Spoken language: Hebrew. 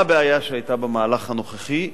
מה הבעיה שהיתה במהלך הנוכחי?